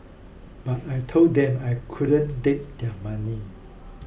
but I told them I couldn't take their money